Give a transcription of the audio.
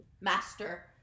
Master